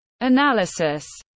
Analysis